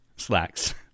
slacks